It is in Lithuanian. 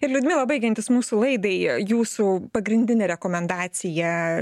ir liudmila baigiantis mūsų laidai jūsų pagrindinė rekomendacija